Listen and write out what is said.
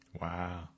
Wow